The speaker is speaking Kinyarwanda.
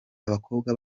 abakobwa